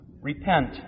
Repent